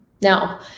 Now